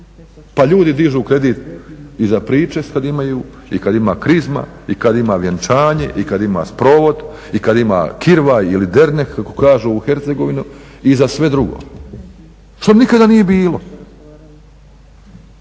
Pa ljudi dižu kredit i za Pričest kad imaju, i kad ima Krizma, i kad ima vjenčanje, i kad ima sprovod, i kad ima kirvaj ili dernek kako kažu u Hercegovini i za sve drugo što nikada nije bilo.